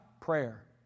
prayer